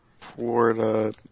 Florida